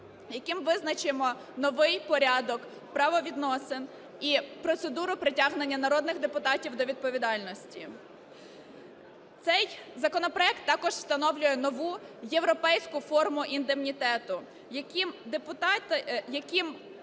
яким визначимо новий порядок правовідносин і процедуру притягнення народних депутатів до відповідальності. Цей законопроект також встановлює нову європейську форму індемнітету, яким